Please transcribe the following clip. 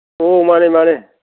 ꯑꯣ ꯃꯥꯅꯦ ꯃꯥꯅꯦ